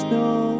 no